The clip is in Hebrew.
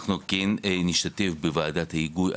אנחנו נשתתף בוועדת ההיגוי,